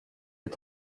est